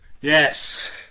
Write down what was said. Yes